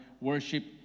Worship